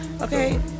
Okay